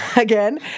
Again